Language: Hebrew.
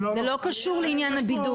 זה לא קשור לעניין הבידוד.